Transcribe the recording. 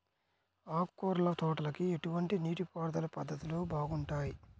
ఆకుకూరల తోటలకి ఎటువంటి నీటిపారుదల పద్ధతులు బాగుంటాయ్?